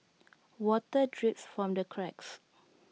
water drips from the cracks